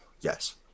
Yes